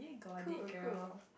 cool cool